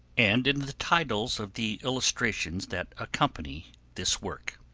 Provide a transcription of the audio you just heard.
and in the titles of the illustrations that accompany this work.